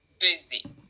busy